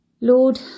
Lord